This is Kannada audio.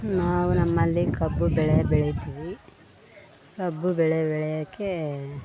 ನಾವು ನಮ್ಮಲ್ಲಿ ಕಬ್ಬು ಬೆಳೆ ಬೆಳಿತೀವಿ ಕಬ್ಬು ಬೆಳೆ ಬೆಳಿಯೋಕೆ